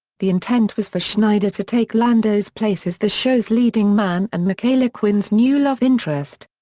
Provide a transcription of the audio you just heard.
the intent was for schneider to take lando's place as the show's leading man and michaela quinn's new love interest.